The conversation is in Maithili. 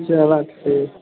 चलऽ ठीक